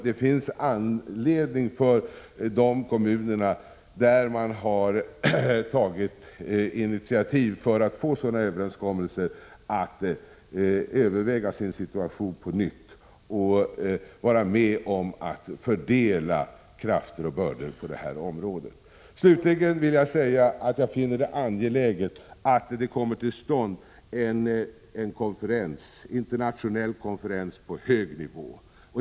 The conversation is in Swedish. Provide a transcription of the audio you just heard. Det finns anledning för de kommuner som har tagit initiativ för att få sådana överenskommelser att överväga sin situation på nytt och vara med om att fördela insatser och bördor på detta område. Slutligen vill jag säga att jag finner det angeläget att det kommer till stånd en internationell konferens på hög nivå.